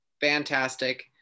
fantastic